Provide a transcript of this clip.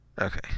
Okay